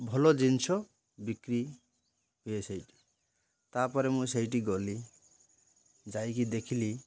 ଭଲ ଜିନିଷ ବିକ୍ରି ହୁଏ ସେଇଠି ତା'ପରେ ମୁଁ ସେଇଠି ଗଲି ଯାଇକି ଦେଖିଲି